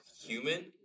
human